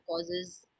causes